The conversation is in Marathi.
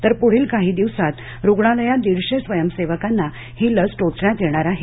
तर पुढील काही दिवसांत रुग्णालयात दीडशे स्वयंसेवकांना ही लस टोचण्यात येणार आहे